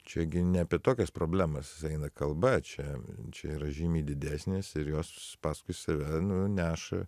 čia gi ne apie tokias problemas eina kalba čia čia yra žymiai didesnės ir jos paskui save nu neša